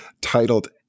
titled